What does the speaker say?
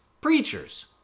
preachers